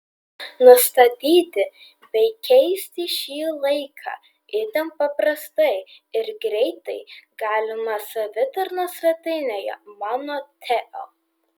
nustatyti bei keisti šį laiką itin paprastai ir greitai galima savitarnos svetainėje mano teo